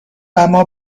اما